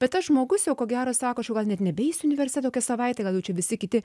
bet tas žmogus jau ko gero sako aš jau gal net nebeisiu į universitetą savaitę gal jau čia visi kiti